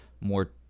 more